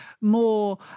more